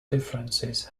differences